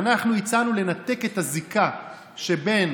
אנחנו הצענו לנתק את הזיקה שבין